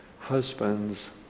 husbands